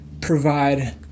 provide